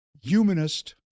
humanist